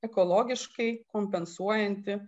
ekologiškai kompensuojanti